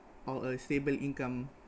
or a stable income